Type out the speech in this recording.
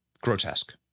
Grotesque